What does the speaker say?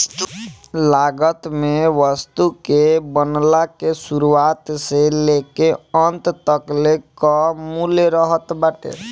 लागत में वस्तु के बनला के शुरुआत से लेके अंत तकले कअ मूल्य रहत बाटे